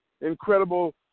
incredible